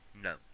No